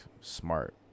smart